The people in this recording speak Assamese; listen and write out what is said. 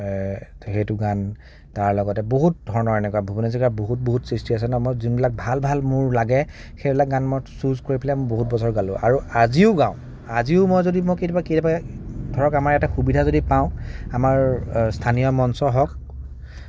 সেইটো গান তাৰ লগতে বহুত ধৰণৰ এনেকুৱা ভূপেন হাজৰিকাৰ বহুত বহুত সৃষ্টি আছে ন মই যোনবিলাক ভাল ভাল মোৰ লাগে সেইবিলাক গান মই চুজ কৰি পেলাই বহুত বছৰ গালোঁ আৰু আজিও গাওঁ আজিও মই যদি মই কেতিয়াবা কেতিয়াবা ধৰক আমাৰ ইয়াতে সুবিধা যদি পাওঁ আমাৰ স্থানীয় মঞ্চ হওক